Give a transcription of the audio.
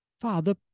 Father